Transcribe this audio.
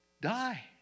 die